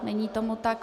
Není tomu tak.